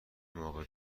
موقع